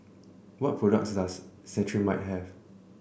what products does Cetrimide have